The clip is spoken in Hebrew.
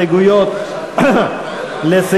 ההסתייגויות של חבר הכנסת אברהים צרצור